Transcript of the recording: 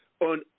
on